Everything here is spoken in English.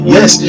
Yes